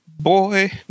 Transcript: Boy